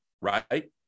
right